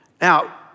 Now